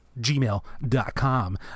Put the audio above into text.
gmail.com